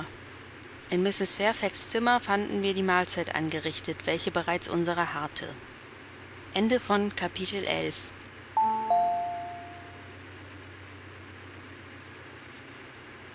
in mrs fairfax zimmer fanden wir die mahlzeit angerichtet welche bereits unserer harrte